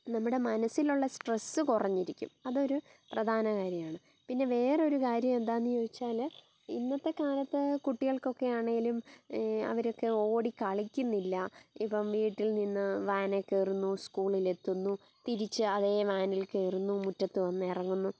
നമ്മുടെ മനസ്സിലുള്ള സ്ട്രെസ് കുറഞ്ഞിരിക്കും അതൊരു പ്രധാനകാര്യമാണ് പിന്നെ വേറൊരു കാര്യം എന്താന്ന് ചോദിച്ചാൽ ഇന്നത്തെക്കാലത്ത് കുട്ടികൾക്കൊക്കെ ആണേലും അവരൊക്കെ ഓടി കളിക്കുന്നില്ല ഇപ്പം വീട്ടിൽ നിന്ന് വാനേ കയറുന്നു സ്കൂളിൽ എത്തുന്നു തിരിച്ച് അതേ വാനിൽ കയറുന്നു മുറ്റത്ത് വന്നിറങ്ങുന്നു